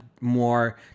more